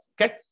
Okay